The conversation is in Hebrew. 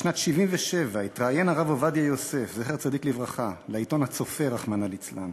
בשנת 1977 התראיין הרב עובדיה יוסף זצ"ל לעיתון "הצופה" רחמנא ליצלן.